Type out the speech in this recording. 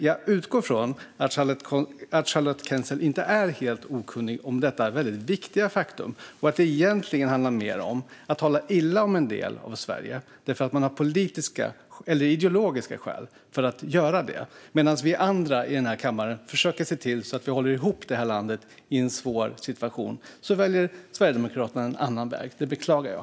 Jag utgår dock från att Charlotte Quensel inte är helt okunnig om detta väldigt viktiga faktum och att det egentligen handlar mer om att tala illa om en del av Sverige därför att det finns politiska eller ideologiska skäl att göra det. Medan vi andra i denna kammare försöker att se till att vi håller ihop det här landet i en svår situation väljer Sverigedemokraterna en annan väg. Det beklagar jag.